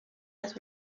las